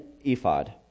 ephod